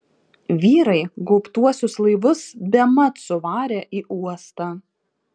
vyrai gaubtuosius laivus bemat suvarė į uostą